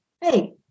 hey